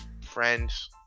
Friends